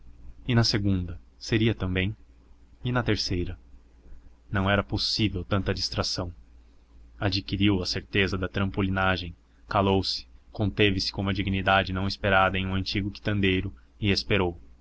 e na segunda seria também e na terceira não era possível tanta distração adquiriu a certeza da trampolinagem calou-se conteve-se com uma dignidade não esperada em um antigo quitandeiro e esperou